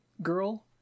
girl